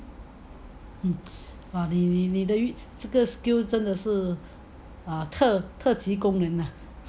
mm !wah! 你 literally 这个 skill 真的是 err 特特技功能 ah